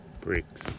Bricks